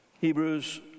Hebrews